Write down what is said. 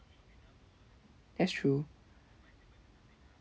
that's true